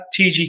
TG